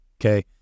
okay